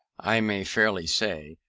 i may fairly say,